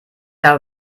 habe